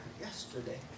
yesterday